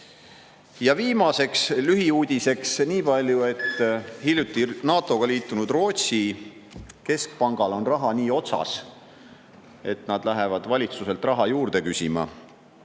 viimaseks lühiuudiseks nii palju, et hiljuti NATO‑ga liitunud Rootsi keskpangal on raha nii otsas, et nad lähevad valitsuselt raha juurde küsima.